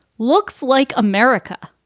looks like america.